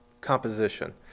Composition